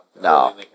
No